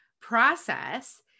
process